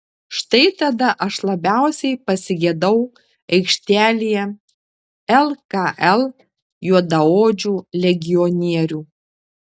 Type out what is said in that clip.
štai tada aš labiausiai pasigedau aikštelėje lkl juodaodžių legionierių